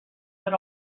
but